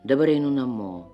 dabar einu namo